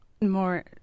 more